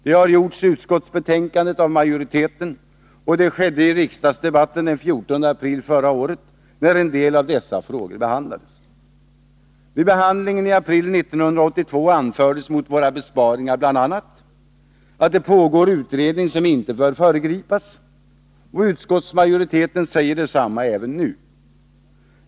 Det har gjorts i utskottsbetänkandet av majoriteten, och det gjordes i riksdagsdebatten den 14 april förra året, när en del av dessa frågor behandlades. Vid behandlingen i april 1982 anfördes mot våra besparingar bl.a. att det pågår en utredning som inte bör föregripas, och utskottsmajoriteten säger detsamma även nu.